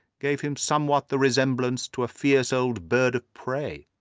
gave him somewhat the resemblance to a fierce old bird of prey.